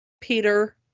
peter